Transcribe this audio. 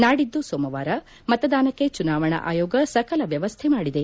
ನಾಡಿದ್ದು ಸೋಮವಾರ ಮತದಾನಕ್ಕೆ ಚುನಾವಣಾ ಆಯೋಗ ಸಕಲ ವ್ಯವಸ್ಥೆ ಮಾಡಿದೆ